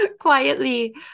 Quietly